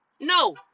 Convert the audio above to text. No